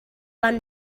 london